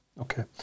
Okay